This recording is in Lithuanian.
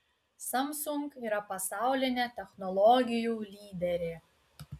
samsung yra pasaulinė technologijų lyderė